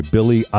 Billy